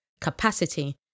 capacity